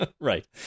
Right